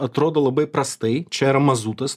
atrodo labai prastai čia yra mazutas